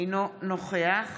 אינו נוכח